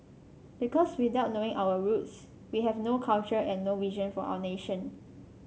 because without knowing our roots we have no culture and no vision for our nation